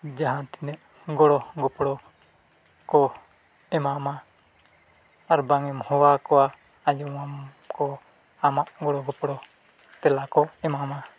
ᱡᱟᱦᱟᱸ ᱛᱤᱱᱟᱹᱜ ᱜᱚᱲᱚ ᱜᱚᱯᱲᱚ ᱠᱚ ᱮᱢᱟᱢᱟ ᱟᱨ ᱵᱟᱝ ᱮᱢ ᱦᱚᱦᱚ ᱟᱠᱚᱣᱟ ᱟᱸᱡᱚᱢᱟᱠᱚ ᱟᱢᱟᱜ ᱜᱚᱲᱚ ᱜᱚᱯᱲᱚ ᱛᱮᱞᱟ ᱠᱚ ᱮᱢᱟᱢᱟ